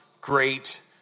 great